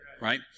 right